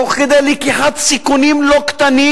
תוך כדי לקיחת סיכונים לא קטנים,